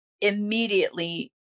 immediately